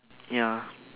ya